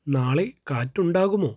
നാളെ കാറ്റുണ്ടാകുമോ